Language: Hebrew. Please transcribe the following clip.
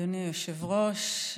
אדוני היושב-ראש,